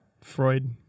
Freud